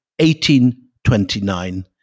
1829